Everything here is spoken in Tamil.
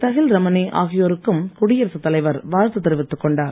தஹில்ரமணி ஆகியோருக்கும் குடியரசுத் தலைவர் வாழ்த்து தெரிவித்துக் கொண்டார்